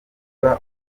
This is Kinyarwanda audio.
abana